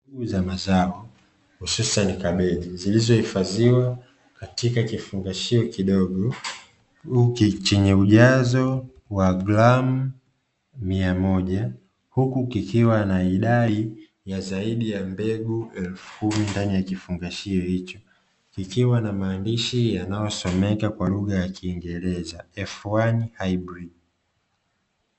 Mbegu za mazao hususani kabichi, zilizohifadhiwa katika kifungashio kidogo chenye ujazo wa gramu mia moja, huku kikiwa na idadi ya zaidi ya mbegu elfu kumi ndani ya kifungashio hicho, kikiwa na maandishi yanayosomeka kwa lugha ya kingereza "f1 hybrid".